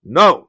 no